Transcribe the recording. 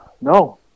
no